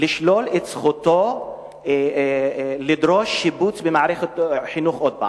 לשלול את זכותו לדרוש שיבוץ במערכת החינוך עוד פעם.